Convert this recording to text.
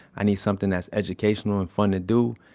i need something that's educational and fun to do.